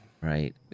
Right